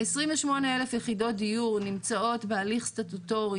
28,000 יחידות דיור נמצאות בהליך סטטוטורי